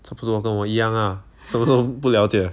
这不都跟我一样啊什么都不了解